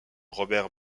robert